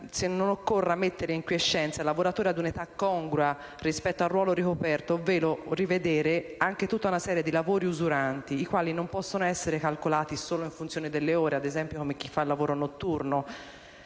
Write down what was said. se non occorra mettere in quiescenza i lavoratori ad un età congrua rispetto al ruolo ricoperto, ovvero rivedere anche tutta una serie di lavori usuranti, i quali non possono essere catalogati solo in funzione delle ore, come ad esempio chi svolge lavoro notturno: